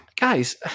guys